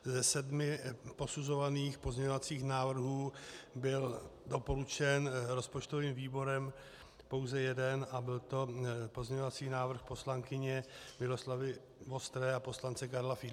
Ze sedmi posuzovaných pozměňovacích návrhů byl doporučen rozpočtovým výborem pouze jeden a byl to pozměňovací návrh poslankyně Miloslavy Vostré a poslance Karla Fiedlera.